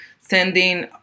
sending